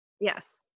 Yes